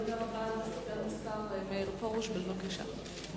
הדובר הבא, אדוני סגן השר מאיר פרוש, בבקשה.